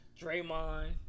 Draymond